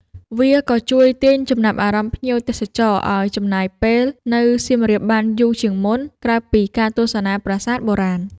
វាក៏ជួយទាញចំណាប់អារម្មណ៍ភ្ញៀវទេសចរឱ្យចំណាយពេលនៅសៀមរាបបានយូរជាងមុន ក្រៅពីការទស្សនាប្រាសាទបុរាណ។